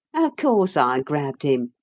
course i grabbed him.